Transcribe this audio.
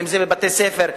אם בבתי-ספר,